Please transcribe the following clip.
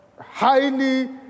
highly